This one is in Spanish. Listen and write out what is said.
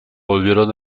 volvieron